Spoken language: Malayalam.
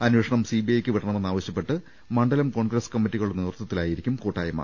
അന്വേഷണം സിബിഐക്ക് വിടണമെന്ന് ആവശ്യപ്പെട്ട് മണ്ഡലം കോൺഗ്രസ് കമ്മിറ്റികളുടെ നേതൃത്വത്തിലായിരിക്കും കൂട്ടായ്മ